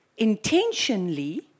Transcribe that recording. intentionally